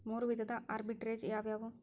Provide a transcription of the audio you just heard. ಮೂರು ವಿಧದ ಆರ್ಬಿಟ್ರೆಜ್ ಯಾವವ್ಯಾವು?